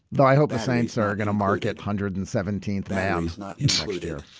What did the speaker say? though i hope the saints are going to market. hundred and seventeenth, man it's next year.